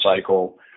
cycle